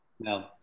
No